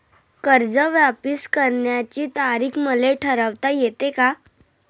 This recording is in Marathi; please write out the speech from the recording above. कर्ज वापिस करण्याची तारीख मले ठरवता येते का?